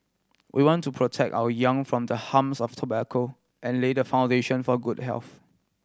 we want to protect our young from the harms of tobacco and lay the foundation for good health